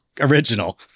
original